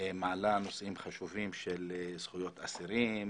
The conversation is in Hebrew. מעלה נושאים חשובים של זכויות אסירים,